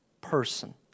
person